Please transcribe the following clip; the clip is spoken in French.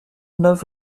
neuf